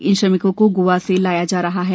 इन श्रमिकों को गोवा से लाया जा रहा है